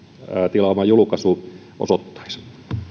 tilaama julkaisu osoittaisi